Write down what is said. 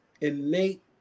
innate